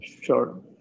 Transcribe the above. Sure